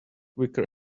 quicker